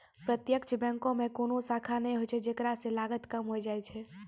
प्रत्यक्ष बैंको मे कोनो शाखा नै होय छै जेकरा से लागत कम होय जाय छै